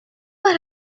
what